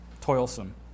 toilsome